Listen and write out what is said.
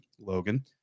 Logan